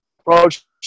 approach